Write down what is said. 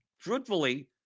truthfully